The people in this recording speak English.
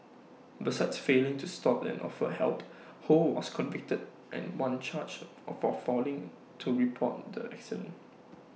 besides failing to stop and offer help ho was convicted and one charge for failing to report the accident